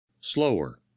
slower